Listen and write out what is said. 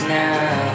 now